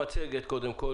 קודם כול,